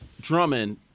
Drummond